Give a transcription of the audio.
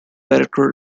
director